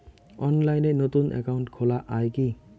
অনলাইনে নতুন একাউন্ট খোলা য়ায় কি?